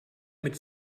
mit